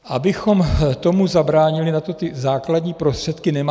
Abychom tomu zabránili, na to základní prostředky nemáme.